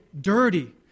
dirty